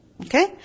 Okay